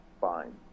fine